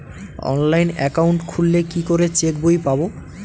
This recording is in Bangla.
অনলাইন একাউন্ট খুললে কি করে চেক বই পাব?